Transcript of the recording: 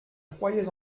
croyais